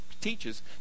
teaches